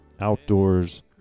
Outdoors